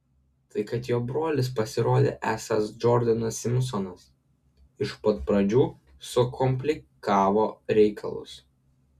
tai kad jo brolis pasirodė esąs džordanas simpsonas iš pat pradžių sukomplikavo reikalus